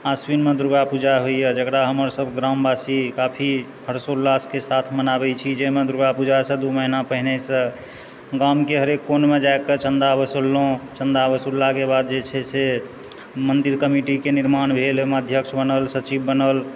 आश्विनमे दुर्गा पुजा होइए जेकरा हमर सब ग्रामवासी काफी हर्षोउल्लासके साथ मनाबै छी जाहिमे दुर्गा पूजासँ दू महीना पहिनेसँ गामकेँ हरेक कोनमे जाके चन्दा वसूलहुँ चन्दा वसूललाके बादजे छै से मन्दिर कमिटीके निर्माण भेल ओहिमे अध्यक्ष बनल सचिव बनल